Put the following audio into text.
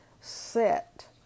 set